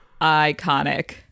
iconic